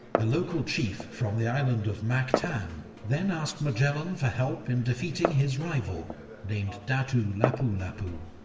a local chief from the island of mactan then asked magellan for help in defeating his rival named datu lapu-lapu,